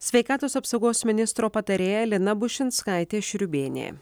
sveikatos apsaugos ministro patarėja lina bušinskaitė šriubėnė